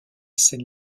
scène